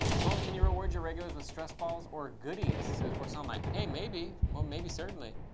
colton, can you reward your regulars with stress balls or goodies? says forsunlight. hey, maybe. maybe certainly.